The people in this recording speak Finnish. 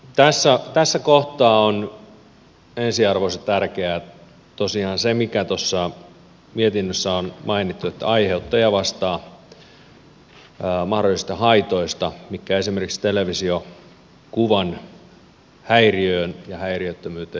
tässä kohtaa on ensiarvoisen tärkeää tosiaan se mikä tuossa mietinnössä on mainittu että aiheuttaja vastaa mahdollisista haitoista mitkä esimerkiksi televisiokuvan häiriöön ja häiriöttömyyteen liittyvät